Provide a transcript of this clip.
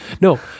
No